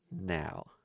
Now